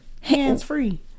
hands-free